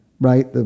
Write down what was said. right